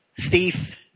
Thief